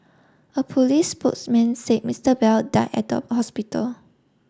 a police spokesman said Mister Bell died at the hospital